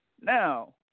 Now